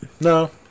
No